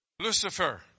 Lucifer